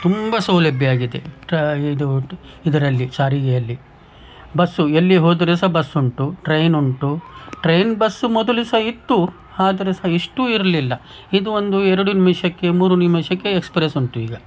ತುಂಬ ಸೌಲಭ್ಯ ಆಗಿದೆ ಟ್ರಾ ಇದು ಟು ಇದರಲ್ಲಿ ಸಾರಿಗೆಯಲ್ಲಿ ಬಸ್ಸು ಎಲ್ಲಿ ಹೋದರೆ ಸಾ ಬಸ್ ಉಂಟು ಟ್ರೈನ್ ಉಂಟು ಟ್ರೈನ್ ಬಸ್ಸು ಮೊದಲು ಸಹ ಇತ್ತು ಆದ್ರೆ ಸಹ ಇಷ್ಟು ಇರಲಿಲ್ಲ ಇದು ಒಂದು ಎರಡು ನಿಮಿಷಕ್ಕೆ ಮೂರು ನಿಮಿಷಕ್ಕೆ ಎಕ್ಸ್ಪ್ರೆಸ್ ಉಂಟು ಈಗ